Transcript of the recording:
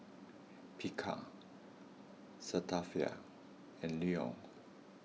Picard Cetaphil and Lion